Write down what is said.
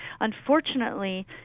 Unfortunately